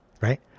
Right